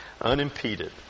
Unimpeded